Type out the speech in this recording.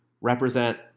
represent